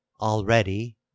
Already